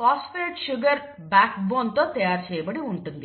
phosphate sugar backbone తో తయారు చేయబడి ఉంటుంది